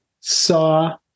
Saw